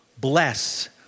bless